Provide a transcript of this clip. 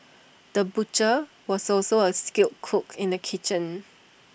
the butcher was also A skilled cook in the kitchen